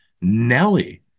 Nelly